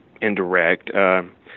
indirect